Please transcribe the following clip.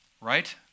right